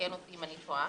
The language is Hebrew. תקן אותי אם אני טועה.